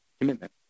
commitment